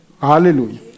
Hallelujah